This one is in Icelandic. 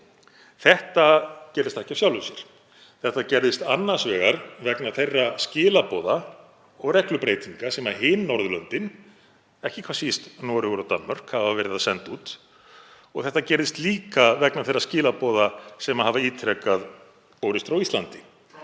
Það gerðist ekki af sjálfu sér. Það gerðist annars vegar vegna þeirra skilaboða og reglubreytinga sem hin Norðurlöndin, ekki hvað síst Noregur og Danmörk, hafa verið að senda út og þetta gerðist líka vegna þeirra skilaboða sem hafa ítrekað borist frá Íslandi